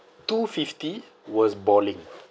two fifty was balling